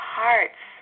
hearts